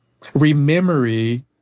Rememory